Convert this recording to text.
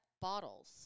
bottles